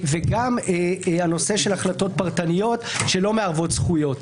וגם נושא של החלטות פרטניות שלא מערבות זכויות,